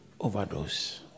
overdose